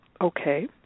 okay